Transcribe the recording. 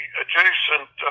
adjacent